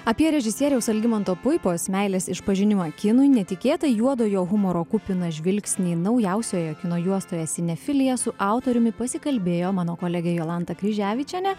apie režisieriaus algimanto puipos meilės išpažinimą kinui netikėtą juodojo humoro kupiną žvilgsnį naujausioje kino juostoje cinefilija su autoriumi pasikalbėjo mano kolegė jolanta kryževičienė